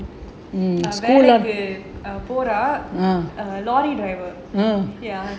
வேலைக்கு போறான்:velaiku poraan lorry driver ya